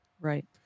Right